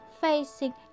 facing